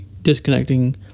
Disconnecting